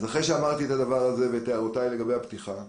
אחרי שאמרתי את זה ואת ההערות שלי לגבי הפתיחה,